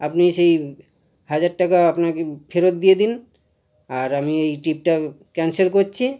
আপনি সেই হাজার টাকা আপনাকে ফেরত দিয়ে দিন আর আমি এই ট্রিপটা ক্যান্সেল করছি